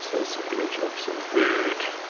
so that's some image of some food.